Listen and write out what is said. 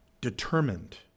determined